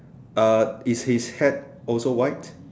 uh is his hat also white